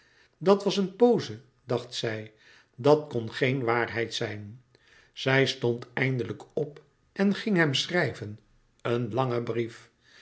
dat was een pose dacht zij dat kon geen waarheid zijn zij stond eindelijk op en ging hem schrijven louis couperus metamorfoze een langen brief